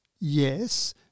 yes